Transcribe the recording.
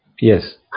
Yes